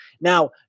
Now